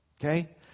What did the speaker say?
Okay